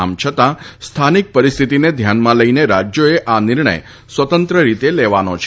આમ છતાં સ્થાનિક પરિસ્થિતિને ધ્યાનમાં લઈને રાજ્યોએ આ નિર્ણય સ્વતંત્રરીતે લેવાનો રહેશે